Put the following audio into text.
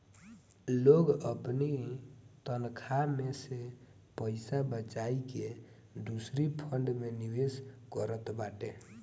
लोग अपनी तनखा में से पईसा बचाई के दूसरी फंड में निवेश करत बाटे